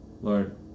Lord